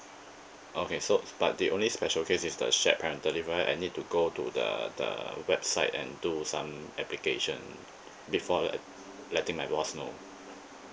okay so but the only special case is the shared parental leave right I need to go to the the website and do some application before uh letting my boss know